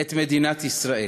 את מדינת ישראל,